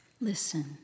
Listen